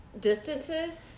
distances